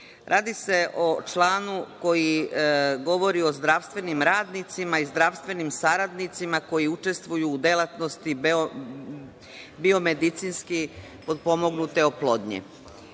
se o članu koji govori o zdravstvenim radnicima i zdravstvenim saradnicima koji učestvuju u delatnosti biomedicinski potpomognute oplodnje.